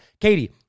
Katie